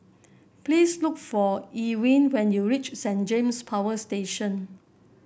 please look for Elwyn when you reach Saint James Power Station